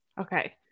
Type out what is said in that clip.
Okay